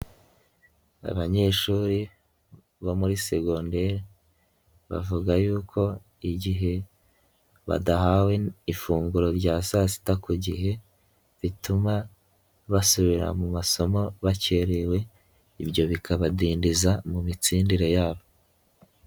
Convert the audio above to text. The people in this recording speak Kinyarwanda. Abanyeshuri bo muri segonderi, bavuga yuko igihe badahawe ifunguro rya saa sita ku gihe, bituma basubira mu masomo bakerewe, ibyo bikabadindiza mu mitsindire yabo.